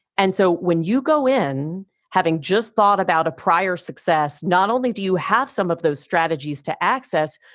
and so when you go in having just thought about a prior success, not only do you have some of those strategies to access,